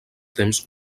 temps